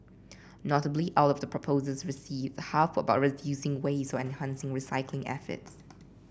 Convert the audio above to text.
notably out of the proposals received half were about reducing waste or enhancing recycling efforts